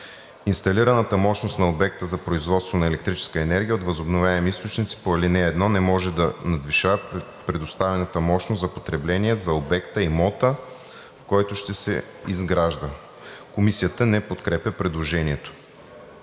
Инсталираната мощност на обекта за производство на електрическа енергия от възобновяеми източници по ал. 1 не може да надвишава предоставената мощност за потребление за обекта/имота, в който ще се изгражда.“ Комисията не подкрепя предложението.